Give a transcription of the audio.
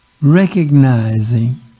recognizing